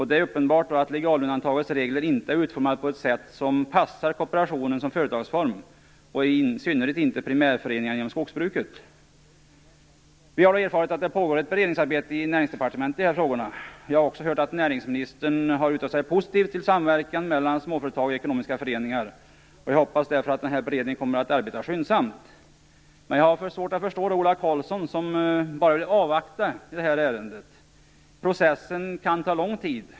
Det är uppenbart så att legalundantagets regler inte är utformade på ett sätt som passar kooperationen som företagsform, och i synnerhet inte primärföreningar inom skogsbruket. Vi har erfarit att det pågår ett beredningsarbete i Näringsdepartementet i dessa frågor. Jag har också hört att näringsministern har uttalat sig positivt till samverkan mellan småföretag och ekonomiska föreningar. Jag hoppas därför att denna beredning kommer att arbeta skyndsamt. Jag har svårt att förstå Ola Karlsson, som säger att man vill avvakta i detta ärende. Processen kan ta lång tid.